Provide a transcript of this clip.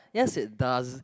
yes it does